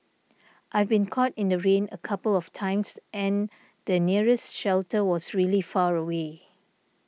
I've been caught in the rain a couple of times and the nearest shelter was really far away